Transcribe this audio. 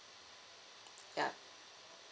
ya